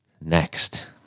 Next